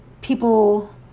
people